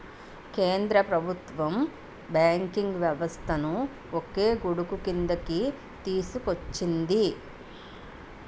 కేంద్ర ప్రభుత్వం బ్యాంకింగ్ వ్యవస్థను ఒకే గొడుగుక్రిందికి తీసుకొచ్చింది